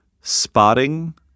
spotting